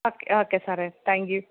okay okay സാറെ thank you